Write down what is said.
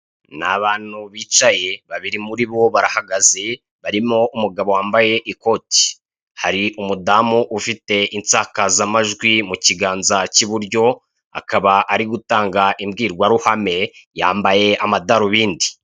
Ni abantu bicaye babiri muri bo barahagaze barimo umugabo wambaye ikoti, hari umudamu ufite insakazamajwi mu kiganza cy'iburyo akaba ari gutanga imbwirwaruhame, yambaye amadarubindi.